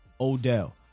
Odell